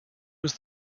was